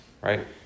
right